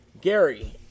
Gary